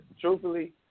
Truthfully